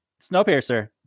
Snowpiercer